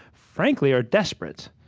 frankly, are desperate